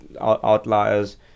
outliers